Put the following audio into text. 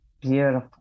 beautiful